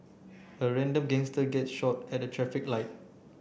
a random gangster gets shot at a traffic light